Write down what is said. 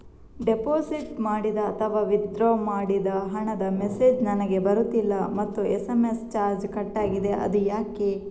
Deposit ಮಾಡಿದ ಅಥವಾ withdraw ಮಾಡಿದ ಹಣದ ಮೆಸೇಜ್ ನನಗೆ ಬರುತ್ತಿಲ್ಲ ಮತ್ತು ಎಸ್.ಎಂ.ಎಸ್ ಚಾರ್ಜ್ ಕಟ್ಟಾಗಿದೆ ಅದು ಯಾಕೆ?